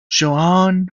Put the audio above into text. joan